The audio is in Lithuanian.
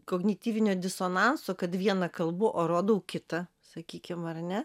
kognityvinio disonanso kad vieną kalbu o rodau kitą sakykim ar ne